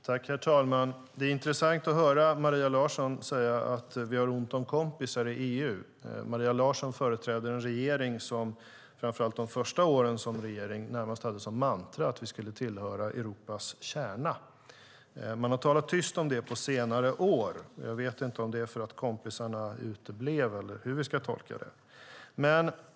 Herr talman! Det är intressant att höra Maria Larsson säga att vi har ont om kompisar i EU. Maria Larsson företräder en regering som framför allt de första åren närmast hade som mantra att vi skulle tillhöra Europas kärna. Man har talat tyst om det på senare år. Jag vet inte om det är för att kompisarna uteblev eller hur vi ska tolka det.